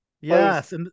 Yes